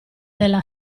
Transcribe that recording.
nella